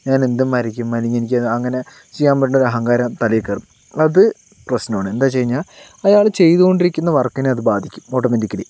ഞാനെന്തും വരയ്ക്കും അല്ലെങ്കിൽ എനിക്ക് അങ്ങനെ ചെയ്യാൻ പറ്റും ഒരഹങ്കാരം തലയിൽ കയറും അത് പ്രശ്നമാണ് എന്താ വെച്ച് കഴിഞ്ഞാൽ അയാള് ചെയ്തുക്കൊണ്ടിരിക്കുന്ന വർക്കിനെ അത് ബാധിക്കും ഓട്ടോമാറ്റിക്കലി